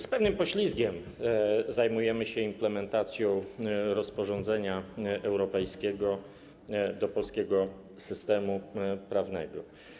Z pewnym poślizgiem zajmujemy się implementacją rozporządzenia europejskiego do polskiego systemu prawnego.